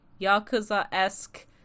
Yakuza-esque